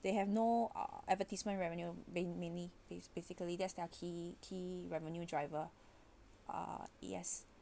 they have no uh advertisement revenue being mainly bas~ basically there's their key key revenue driver uh yes